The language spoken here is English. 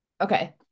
Okay